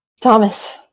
Thomas